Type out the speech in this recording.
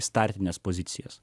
startines pozicijas